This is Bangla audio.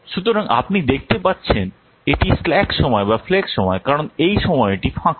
সুতরাং আপনি দেখতে পাচ্ছেন এটি স্ল্যাক সময় বা ফ্লেক্স সময় কারণ এই সময়টি ফাঁকা